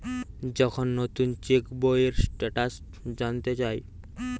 যখন নুতন চেক বইয়ের স্টেটাস জানতে চায়